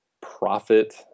profit